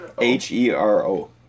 H-E-R-O